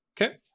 Okay